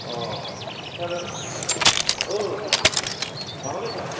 अ सार औ सार ओं माबालै सार